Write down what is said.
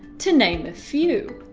to name a few.